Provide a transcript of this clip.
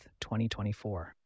2024